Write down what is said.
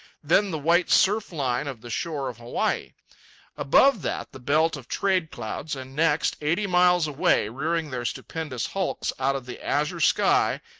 then the white surf-line of the shore of hawaii above that the belt of trade-clouds, and next, eighty miles away, rearing their stupendous hulks out of the azure sky,